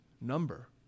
number